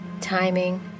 timing